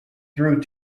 through